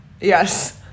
Yes